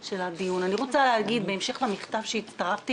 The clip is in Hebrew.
בהמשך למכתב שהצטרפתי